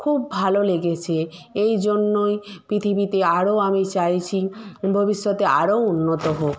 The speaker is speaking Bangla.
খুব ভালো লেগেছে এই জন্যই পৃথিবীতে আরও আমি চাইছি ভবিষ্যতে আরও উন্নত হোক